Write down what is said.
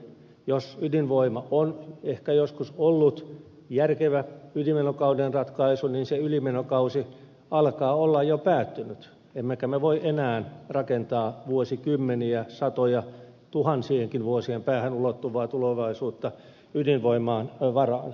jos ydinvoima on ehkä joskus ollut järkevä ylimenokauden ratkaisu niin se ylimenokausi alkaa olla jo päättynyt emmekä me voi enää rakentaa vuosikymmenien satojen tuhansienkin vuosien päähän ulottuvaa tulevaisuutta ydinvoiman varaan